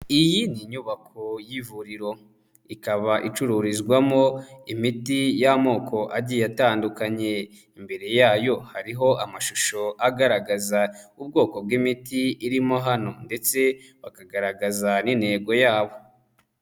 Iyi ni inyubako y'ivuriro, ikaba icururizwamo imiti y'amoko agiye atandukanye, imbere yayo hariho amashusho agaragaza ubwoko bw'imiti irimo hano, ndetse bakagaragaza n'intego yabo.